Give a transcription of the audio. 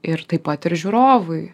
ir taip pat ir žiūrovui